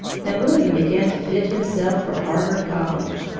and william began to fit himself for harvard college.